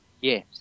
yes